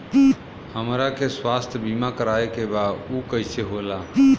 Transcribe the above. हमरा के स्वास्थ्य बीमा कराए के बा उ कईसे होला?